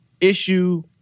issue